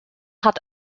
hat